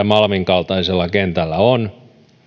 malmin kaltaisella kentällä on